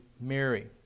Mary